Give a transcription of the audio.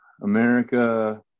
america